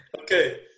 Okay